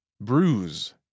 Bruise